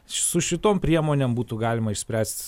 su šitom priemonėm būtų galima išspręst